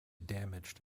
damaged